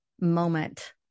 moment